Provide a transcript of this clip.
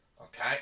Okay